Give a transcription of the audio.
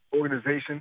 organization